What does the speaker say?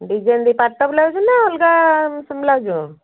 design ଦେଇକି ପାଟ blouse ନା ଅଲଗା ବ୍ଲାଉଜ୍